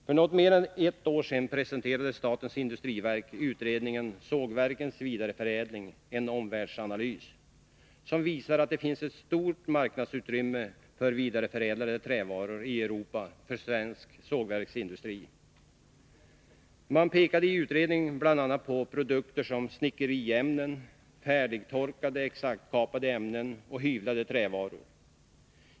För något mer än ett år sedan presenterade statens industriverk utredningen Sågverkens vidareförädling — en omvärldsanalys, som visar att det finns ett stort marknadsutrymme för vidareförädlade trävaror i Europa för svensk sågverksindustri. Man pekade i utredningen bl.a. på produkter som snickeriämnen, färdigtorkade exaktkapade ämnen och hyvlade trävaror.